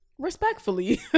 Respectfully